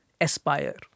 aspire